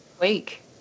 week